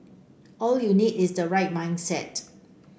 all you need is the right mindset